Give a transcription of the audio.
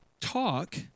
talk